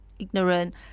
ignorant